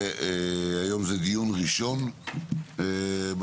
היום זה דיון ראשון בעניין.